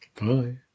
Bye